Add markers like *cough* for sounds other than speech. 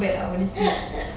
*laughs*